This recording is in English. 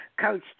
Coach